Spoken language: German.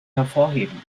hervorheben